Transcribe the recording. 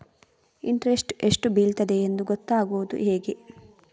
Interest ಎಷ್ಟು ಬೀಳ್ತದೆಯೆಂದು ಗೊತ್ತಾಗೂದು ಹೇಗೆ?